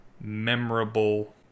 memorable